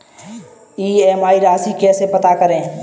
EMI राशि कैसे पता करें?